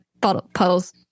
puddles